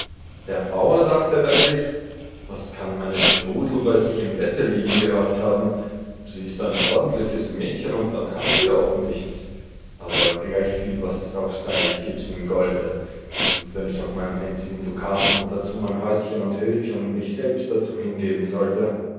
der bauer dachte bei sich was kann meine strusel bei sich im bette liegen gehabt haben sie ist ein ordentliches mädchen und dann hat sie auch nichts aber gleichviel was es auch sei ich geb's in golde und wenn ich auch meinen einzigen dukaten und dazu mein häuschen und höfchen und mich selbst dazu hingeben sollte